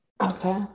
Okay